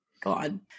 God